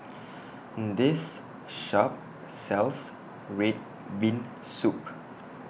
This Shop sells Red Bean Soup